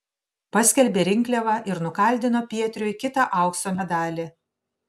paskelbė rinkliavą ir nukaldino pietriui kitą aukso medalį